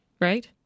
right